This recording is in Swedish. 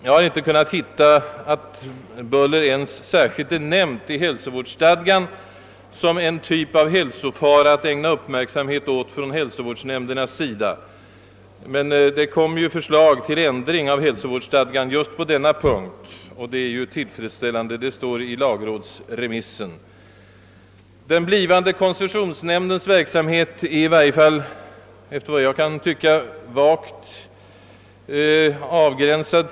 Jag har inte kunnat finna att buller ens särskilt är nämnt i hälsovårdsstadgan såsom en typ av hälsofara, som skall ägnas uppmärksamhet inom hälsovårdsnämnderna. Det kommer dock enligt lagrådsremissen ett förslag om ändring av hälsovårdsstadgan på denna punkt, vilket är att hälsa med tillfredsställelse. Den blivande <koncessionsnämndens verksamhet är i varje fall, enligt vad jag kan finna, vagt avgränsad.